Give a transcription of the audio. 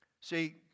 See